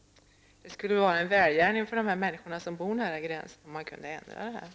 Det vore en välgärning för de människor som bor nära gränsen om man kunde ändra på detta.